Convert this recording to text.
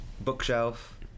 bookshelf